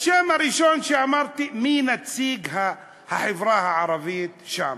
השם הראשון שאמרתי, מי נציג החברה הערבית שם?